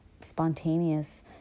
spontaneous